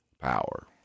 power